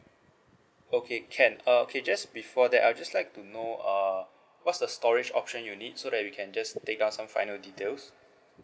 okay can uh okay just before that I just like to know err what's the storage option you need so that we can just take down some final details